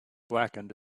blackened